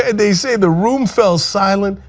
and they say the room fell silent.